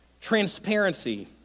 transparency